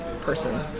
person